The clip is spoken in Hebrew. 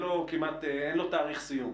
אין לו תאריך סיום.